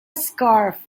scarf